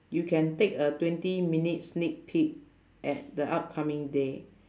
you can take a twenty minute sneak peek at the upcoming day